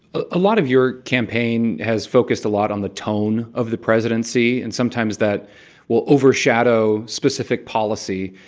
ah a lot of your campaign has focused a lot on the tone of the presidency, and sometimes that will overshadow specific policy.